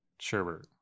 Sherbert